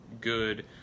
good